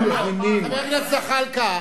אם הוא בורח מספינה,